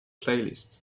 playlist